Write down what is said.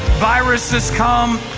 viruses come,